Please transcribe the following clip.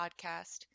Podcast